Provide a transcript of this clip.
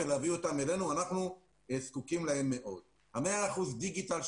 אנחנו מול היעדים מל"ל מכתיב למשרד הבריאות או לנו,